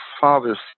father